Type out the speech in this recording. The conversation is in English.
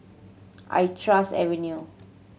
I trust Avenue